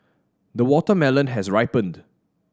the watermelon has ripened